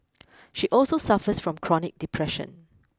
she also suffers from chronic depression